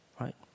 right